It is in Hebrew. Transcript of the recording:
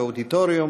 באודיטוריום,